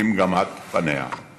ממגמת פניה.